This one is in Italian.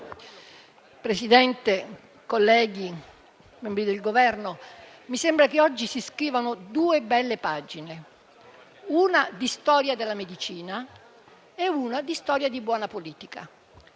Presidente, colleghi, membri del Governo, mi sembra che oggi si scrivano due belle pagine: una di storia della medicina e una di storia di buona politica.